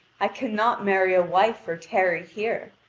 i cannot marry a wife or tarry here.